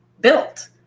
built